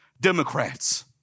Democrats